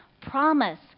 promise